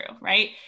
right